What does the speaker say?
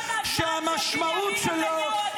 -- יש לכם מזל שבנימין נתניהו אדם חזק.